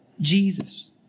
Jesus